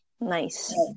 Nice